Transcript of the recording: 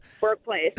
workplace